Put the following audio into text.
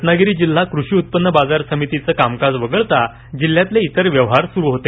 रत्नागिरी जिल्हा कृषी उत्पन्न बाजार समितीचं कामकाज वगळता जिल्ह्यातले इतर व्यवहार सुरू होते